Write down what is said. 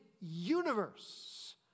universe